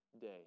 day